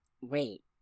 Wait